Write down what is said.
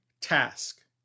task